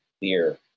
beer